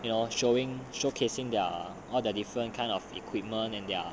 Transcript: you know showing showcasing their all their different kind of equipment and their